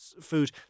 food